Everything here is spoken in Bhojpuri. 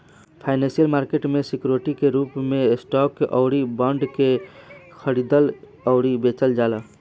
फाइनेंसियल मार्केट में सिक्योरिटी के रूप में स्टॉक अउरी बॉन्ड के खरीदल अउरी बेचल जाला